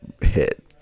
hit